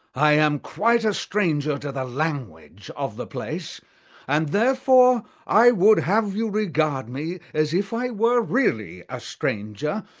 i am quite a stranger to the language of the place and therefore i would have you regard me as if i were really a stranger,